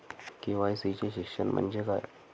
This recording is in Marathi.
के.वाय.सी चे शिक्षण म्हणजे काय?